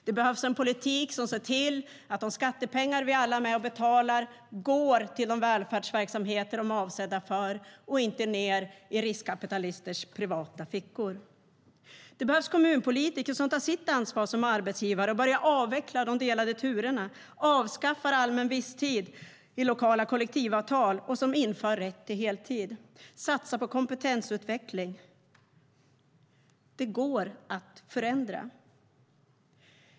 Det behövs en politik som ser till att de skattepengar vi alla är med och betalar går till de välfärdsverksamheter de är avsedda för och inte ned i riskkapitalisters privata fickor. Det behövs kommunpolitiker som tar sitt ansvar som arbetsgivare och som börjar avveckla de delade turerna, som avskaffar allmän visstid i lokala kollektivavtal, som inför rätt till heltid och som satsar på kompetensutveckling. Det går att förändra.